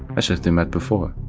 as if they met before.